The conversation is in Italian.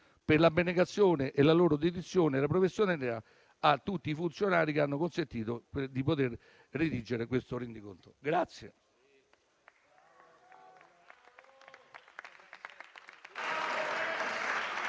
per l'abnegazione, la dedizione e la professionalità, a tutti i funzionari che hanno consentito di poter redigere questo rendiconto.